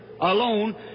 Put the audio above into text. alone